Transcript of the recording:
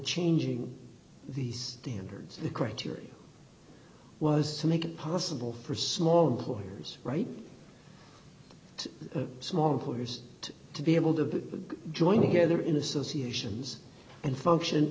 changing the standards the criteria was to make it possible for small employers write to a small horse to be able to join together in associations and function